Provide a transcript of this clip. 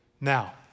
Now